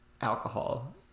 alcohol